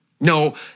No